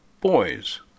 boys